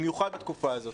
במיוחד בתקופה הזאת.